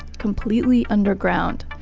completely underground,